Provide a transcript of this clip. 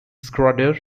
schroeder